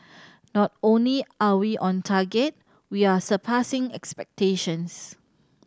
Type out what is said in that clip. not only are we on target we are surpassing expectations